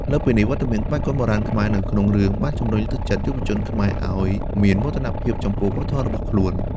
លើសពីនេះ វត្តមានក្បាច់គុនបុរាណខ្មែរនៅក្នុងរឿងបានជំរុញទឹកចិត្តយុវជនខ្មែរឲ្យមានមោទនភាពចំពោះវប្បធម៌របស់ខ្លួន។